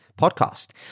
podcast